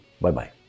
Bye-bye